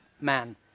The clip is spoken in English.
man